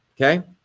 okay